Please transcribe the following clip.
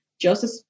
Joseph